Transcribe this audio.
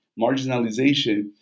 marginalization